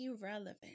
irrelevant